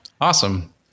Awesome